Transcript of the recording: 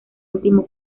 último